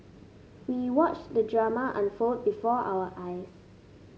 we watched the drama unfold before our eyes